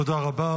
תודה רבה.